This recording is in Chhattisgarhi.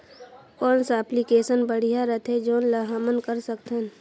कौन सा एप्लिकेशन बढ़िया रथे जोन ल हमन कर सकथन?